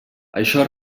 això